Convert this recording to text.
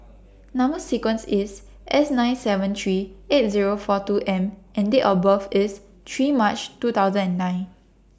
Number sequence IS S nine seven three eight Zero four two M and Date of birth IS three March two thousand and nine